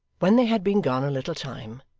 when they had been gone a little time,